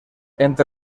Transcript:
entre